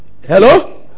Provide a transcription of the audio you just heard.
Hello